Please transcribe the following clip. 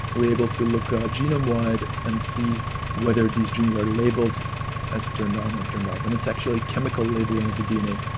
we are able to look genome wide and see whether these genes are labelled as turned on or turned ah off, and it's actually chemical labelling of the dna,